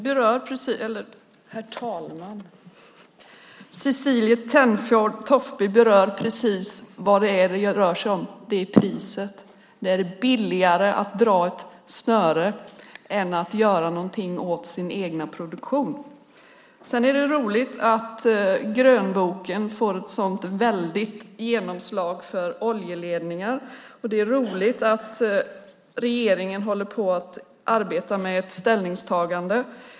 Herr talman! Cecilie Tenfjord-Toftby berör precis vad det rör sig om, nämligen priset. Det är billigare att dra ett snöre än att göra någonting åt sin egen produktion. Sedan är det roligt att grönboken får ett så väldigt genomslag för oljeledningar, och det är roligt att regeringen håller på att arbeta med ett ställningstagande.